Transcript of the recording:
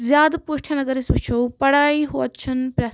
زیادٕ پٲٹھۍ اَگرأسۍ وُچھو پڑایی یوت چھنہٕ پرٮ۪تھ